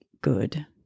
good